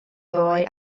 boy